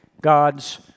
God's